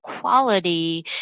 quality